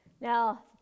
Now